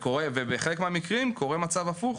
ובחלק מהמקרים קורה מצב הפוך,